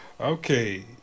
Okay